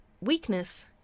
weakness